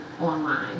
online